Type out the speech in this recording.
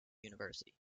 university